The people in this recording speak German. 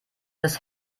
des